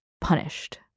punished